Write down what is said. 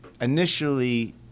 initially